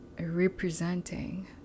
representing